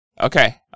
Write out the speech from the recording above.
Okay